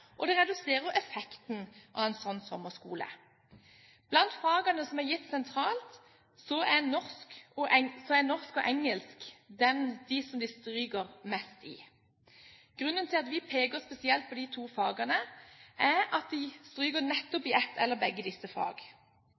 reduserer effekten av en slik sommerskole. Blant fagene som er gitt sentralt, er norsk og engelsk de fagene man stryker mest i. Grunnen til at vi peker spesielt på de to fagene, er at man stryker nettopp i ett eller i begge disse fag.